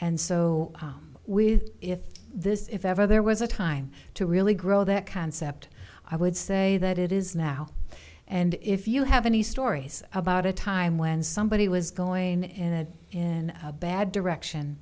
and so with if this if ever there was a time to really grow that concept i would say that it is now and if you have any stories about a time when somebody was going in in a bad direction